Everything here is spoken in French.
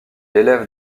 l’élève